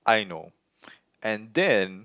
I know and then